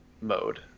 mode